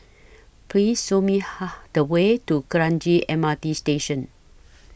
Please Show Me Ha Ha The Way to Kranji M R T Station